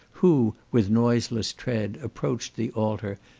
who, with noiseless tread, approached the altar,